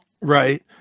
Right